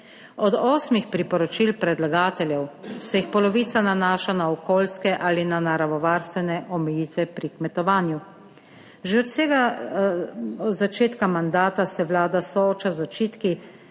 Od osmih priporočil predlagateljev se jih polovica nanaša na okolijske ali na naravovarstvene omejitve pri kmetovanju. Že od vsega začetka mandata se Vlada sooča z očitki,